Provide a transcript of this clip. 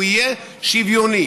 הוא יהיה שוויוני,